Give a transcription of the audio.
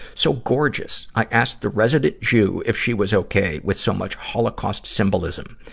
so gorgeous. i asked the resident jew if she was ok with so much holocaust symbolism.